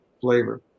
flavor